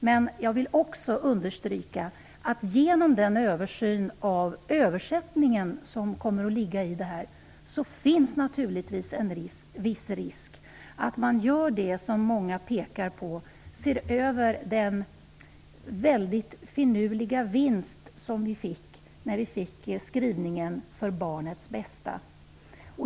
Men jag vill understryka att det genom översynen av översättningen naturligtvis finns en viss risk att man gör det som många påpekar, nämligen att man ser över den väldigt finurliga vinst som vi fick när vi fick skrivningen "för barnets bästa".